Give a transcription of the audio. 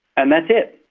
and that's it.